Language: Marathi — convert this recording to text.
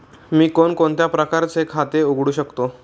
मी कोणकोणत्या प्रकारचे खाते उघडू शकतो?